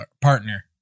partner